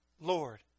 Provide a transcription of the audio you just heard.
Lord